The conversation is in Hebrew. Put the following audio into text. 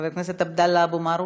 חבר הכנסת עבדאללה אבו מערוף,